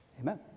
Amen